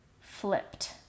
flipped